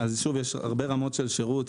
שוב, יש הרבה רמות של שירות.